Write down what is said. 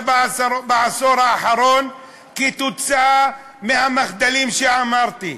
בעשור האחרון כתוצאה מהמחדלים שאמרתי,